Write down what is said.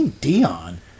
Dion